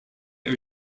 are